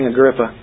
Agrippa